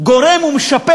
משפר